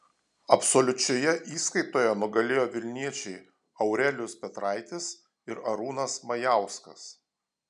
absoliučioje įskaitoje nugalėjo vilniečiai aurelijus petraitis ir arūnas majauskas